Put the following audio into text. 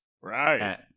right